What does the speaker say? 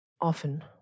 often